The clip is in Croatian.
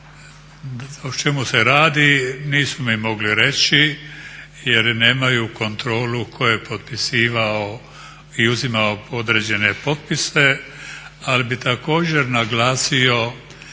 O čemu se radi nisu mi mogli reći jer nemaju kontrolu tko je potpisivao i uzimao određene potpise. Ali bih također naglasio